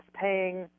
paying